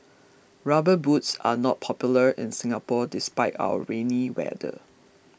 rubber boots are not popular in Singapore despite our rainy weather